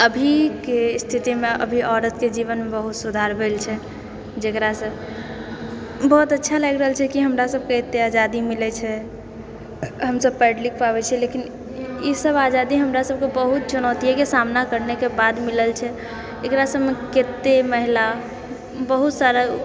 अभीके स्थितिमे अभी औरतके जीवनमे बहुत सुधार भेल छै जेकरासँ बहुत अच्छा लागि रहल छै कि हमरा सभके एते आजादी मिलै छै हमसभ पढ़ि लिख पाबै छियै लेकिन ई सभ आजादी हमरा सभकऽ बहुत चुनौतिये कऽ सामना करनेके बाद मिलल छै एकरा सभमे कते महिला बहुत सारा